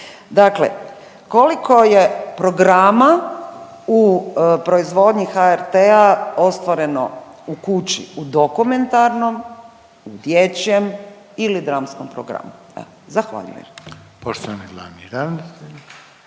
Dakle koliko je programa u proizvodnji HRT-a ostvareno u kući u dokumentarnom, dječjem ili dramskom programu? Evo. Zahvaljujem.